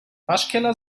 waschkeller